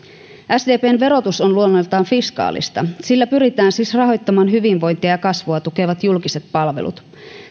sdpn verotus on luonteeltaan fiskaalista sillä pyritään siis rahoittamaan hyvinvointia ja kasvua tukevat julkiset palvelut